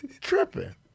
Tripping